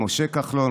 משה כחלון,